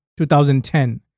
2010